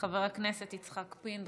חבר הכנסת יצחק פינדרוס,